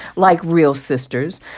like real sisters